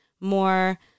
more